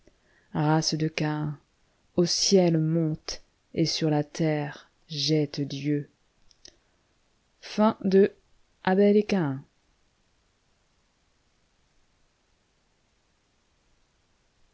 race de caïn au ciel montett sur la terre jeite dieu